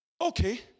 Okay